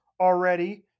already